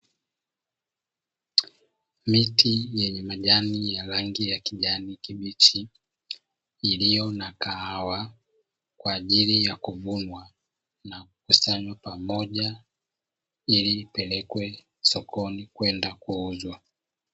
Miti yenye majani ya rangi ya kijani kibichi, iliyo na kahawa kwa ajili ya kuvunwa na kukusanywa pamoja ili ipelekwe sokoni kwenda kuuzwa.